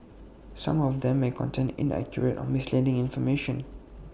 some of them may contain inaccurate or misleading information